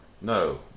No